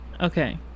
okay